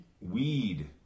Weed